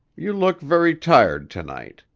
you look very tired to-night,